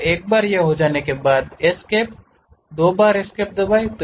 एक बार यह हो जाने के बाद इस्केप दो बार एस्केप को दबाएं